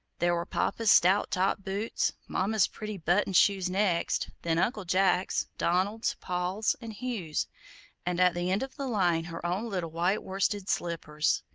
there were papa's stout top boots mama's pretty buttoned shoes next then uncle jack's, donald's, paul's and hugh's and at the end of the line her own little white worsted slippers.